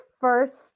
first